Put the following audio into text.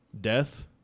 death